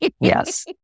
Yes